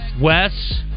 Wes